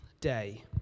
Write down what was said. day